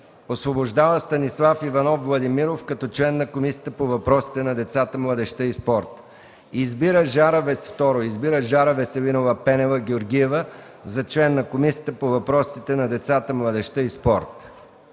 Освобождава Станислав Иванов Владимиров като член на Комисията по въпросите на децата, младежта и спорта. 2. Избира Жара Веселинова Пенева-Георгиева за член на Комисията по въпросите на децата, младежта и спорта.”